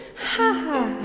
ha, ha.